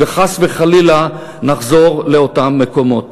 וחס חלילה שנחזור לאותם מקומות.